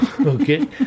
Okay